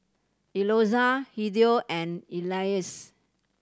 Eloisa Hideo and Elease